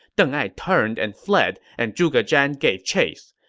deng ai turned and fled, and zhuge zhan gave chase.